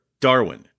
Darwin